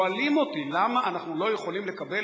שואלים אותי: למה אנחנו לא יכולים לקבל